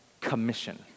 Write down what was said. commission